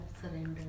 surrender